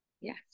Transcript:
Yes